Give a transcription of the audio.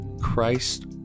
Christ